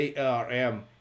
ARM